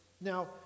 Now